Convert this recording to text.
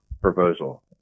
proposal